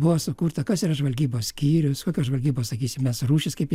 buvo sukurta kas yra žvalgybos skyrius kokios žvalgybos sakysim mes rūšys kaip